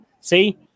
See